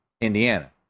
Indiana